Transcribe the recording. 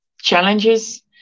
challenges